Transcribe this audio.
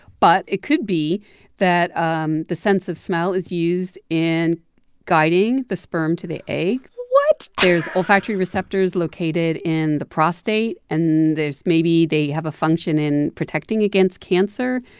but it could be that um the sense of smell is used in guiding the sperm to the egg what? there's olfactory receptors located in the prostate. and there's maybe they have a function in protecting against cancer.